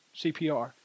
CPR